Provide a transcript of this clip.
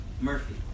Murphy